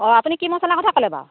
অঁ আপুনি কি মচলা কথা ক'লে বাৰু